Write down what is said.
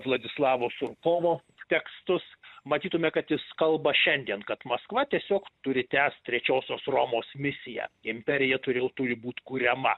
vladislavo surkovo tekstus matytume kad jis kalba šiandien kad maskva tiesiog turi tęsti trečiosios romos misiją imperija toliau turi būt kuriama